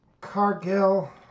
Cargill